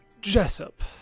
Jessup